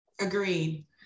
agreed